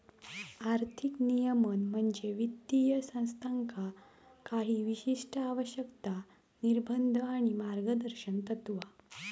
आर्थिक नियमन म्हणजे वित्तीय संस्थांका काही विशिष्ट आवश्यकता, निर्बंध आणि मार्गदर्शक तत्त्वा